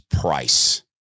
price